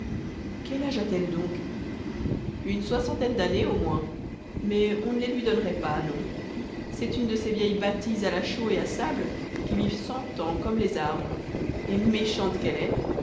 quel âge a-t-elle donc une soixantaine d'années au moins mais on ne les lui donnerait pas non c'est une de ces vieilles bâties à chaux et à sable qui vivent cent ans comme les arbres et méchante qu'elle est